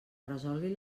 resolgui